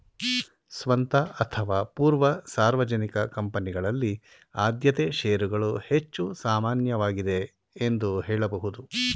ಸ್ವಂತ ಅಥವಾ ಪೂರ್ವ ಸಾರ್ವಜನಿಕ ಕಂಪನಿಗಳಲ್ಲಿ ಆದ್ಯತೆ ಶೇರುಗಳು ಹೆಚ್ಚು ಸಾಮಾನ್ಯವಾಗಿದೆ ಎಂದು ಹೇಳಬಹುದು